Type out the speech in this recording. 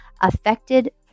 affected